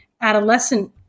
adolescent